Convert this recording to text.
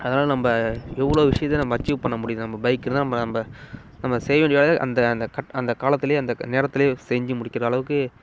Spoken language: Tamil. அதனால நம்ப எவ்வளோ விஷயத்தை நம்ம அச்சீவ் பண்ண முடியுது நம்ம பைக்னால் இருந்தால் நம்ம நம்ப நம்ம செய்ய வேண்டிய வேலைய அந்த அந்த அந்த காலத்தில் அந்த நேரத்தில் செஞ்சு முடிக்கிற அளவுக்கு